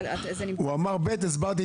בין אם ערבות מדינה,